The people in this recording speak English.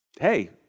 Hey